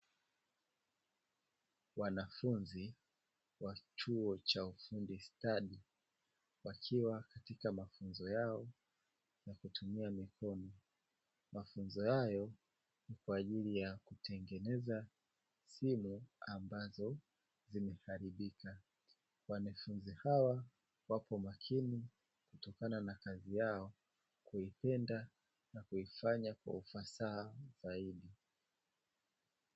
Wanafunzi wa Chuo cha Ufundi Stadi, wakiwa katika mafunzo yao ya kutumia mikono. Mafunzo hayo ni kwa ajili ya kutengeneza simu ambazo zimeharibika. Wanafunzi hawa wako makini kutokana na kazi yao kuipenda na kuiifanya kwa ufasaha zaidi.